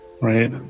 Right